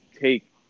take